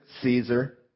Caesar